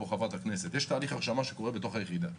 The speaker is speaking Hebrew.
יש תהליך הרשמה שקורה בתוך היחידה.